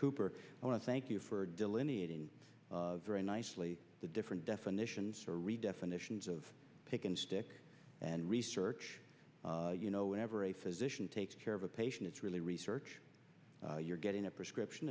cooper i want to thank you for delineating very nicely the different definitions for redefinitions of pick and stick and research you know whenever a physician takes care of a patient it's really research you're getting a prescription